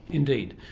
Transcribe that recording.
indeed.